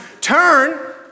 Turn